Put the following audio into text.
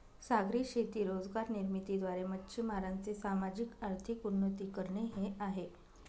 सागरी शेती रोजगार निर्मिती द्वारे, मच्छीमारांचे सामाजिक, आर्थिक उन्नती करणे हे आहे